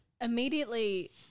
Immediately